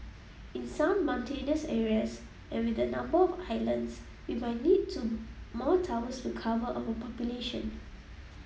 in some mountainous areas and with the number of islands we might need to more towers to cover our population